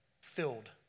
filled